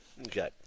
Okay